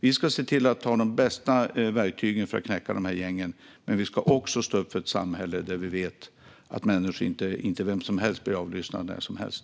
Vi ska se till att ha de bästa verktygen för att knäcka gängen, men vi ska också stå upp för ett samhälle där vi vet att inte vem som helst blir avlyssnad när som helst.